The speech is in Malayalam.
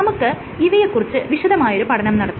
നമുക്ക് ഇവയെ കുറിച്ച് വിശദമായൊരു പഠനം നടത്താം